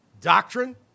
doctrine